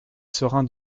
seurin